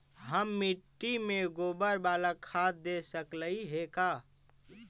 हम मिट्टी में गोबर बाला खाद दे सकली हे का?